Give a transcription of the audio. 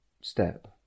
step